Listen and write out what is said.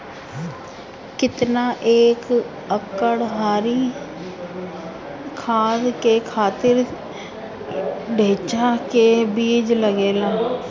केतना एक एकड़ हरी खाद के खातिर ढैचा के बीज लागेला?